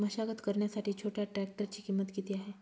मशागत करण्यासाठी छोट्या ट्रॅक्टरची किंमत किती आहे?